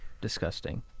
Disgusting